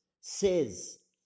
says